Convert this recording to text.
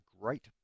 Great